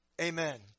Amen